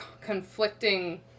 conflicting